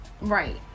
right